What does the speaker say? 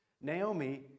Naomi